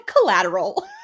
collateral